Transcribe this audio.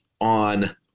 on